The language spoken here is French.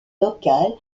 locale